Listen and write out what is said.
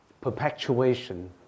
perpetuation